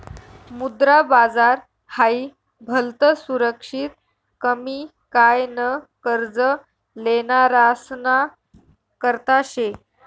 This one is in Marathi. मुद्रा बाजार हाई भलतं सुरक्षित कमी काय न कर्ज लेनारासना करता शे